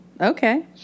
Okay